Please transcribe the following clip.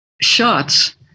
shots